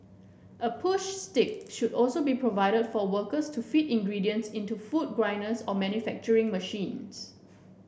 a push stick should also be provided for workers to feed ingredients into food grinders or manufacturing machines